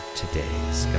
today's